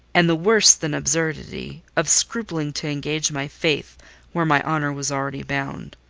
and the worse than absurdity, of scrupling to engage my faith where my honour was already bound.